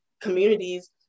communities